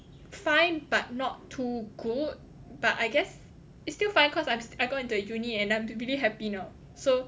fine but not too good but I guess it's still fine cause I'm still I got into uni and I'm really happy now so